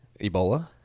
Ebola